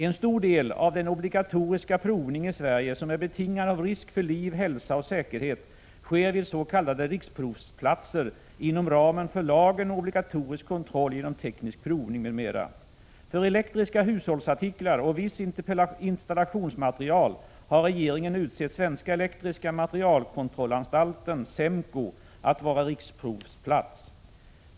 En stor del av den obligatoriska provning i Sverige som är betingad av risk för liv, hälsa och säkerhet sker vid s.k. riksprovplatser inom ramen för lagen om obligatorisk kontroll genom teknisk provning m.m. För elektriska hushållsartiklar och viss installationsmateriel har regeringen utsett Svenska Elektriska Materielkontrollanstalten AB att vara riksprovplats.